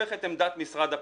שהופך את עמדת משרד הפנים.